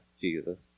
Jesus